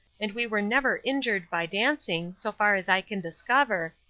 and we were never injured by dancing, so far as i can discover,